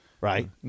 right